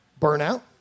Burnout